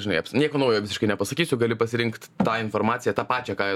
žinai nieko naujo visiškai nepasakysiu gali pasirinkt tą informaciją tą pači ką